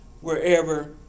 wherever